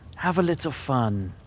have a little fun.